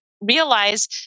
realize